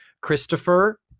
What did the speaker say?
Christopher